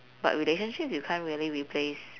but relationships you can't really replace